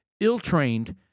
ill-trained